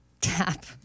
Tap